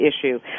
issue